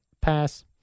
Pass